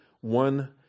one